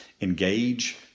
engage